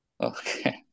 Okay